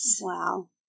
Wow